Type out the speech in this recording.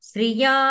Sriya